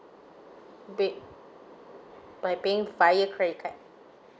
pay by paying via credit card